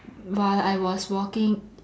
while I was walking